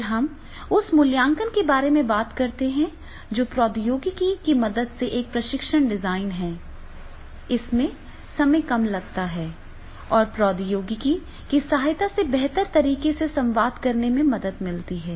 फिर हम उस मूल्यांकन के बारे में बात करते हैं जो प्रौद्योगिकी की मदद से एक प्रशिक्षण डिजाइन है इसमें कम समय लगता है और प्रौद्योगिकी की सहायता से बेहतर तरीके से संवाद करने में मदद मिलती है